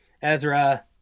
Ezra